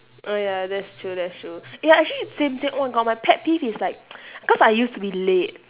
oh ya that's true that's true eh ya actually same same oh my god my pet peeve it's like cause I used to be late